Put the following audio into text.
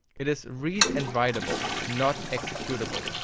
it is read and writeable, not executable.